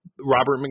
Robert